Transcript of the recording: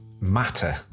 matter